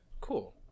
cool